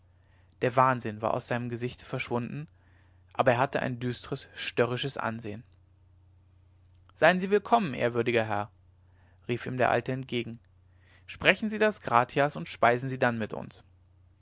der wahnsinn war aus seinem gesichte verschwunden aber er hatte ein düstres störrisches ansehen sein sie willkommen ehrwürdiger herr rief ihm der alte entgegen sprechen sie das gratias und speisen sie dann mit uns